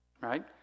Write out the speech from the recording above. Right